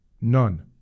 None